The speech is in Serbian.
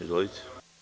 Izvolite.